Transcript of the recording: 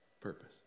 purpose